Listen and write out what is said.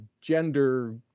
gender